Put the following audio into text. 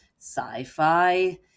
sci-fi